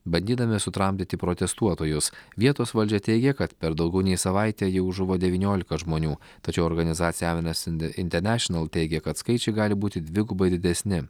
bandydami sutramdyti protestuotojus vietos valdžia teigia kad per daugiau nei savaitę jau žuvo devyniolika žmonių tačiau organizacija amnest international teigė kad skaičiai gali būti dvigubai didesni